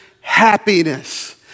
happiness